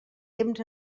temps